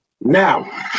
Now